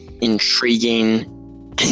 intriguing